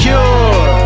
Cure